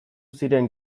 ziren